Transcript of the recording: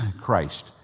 Christ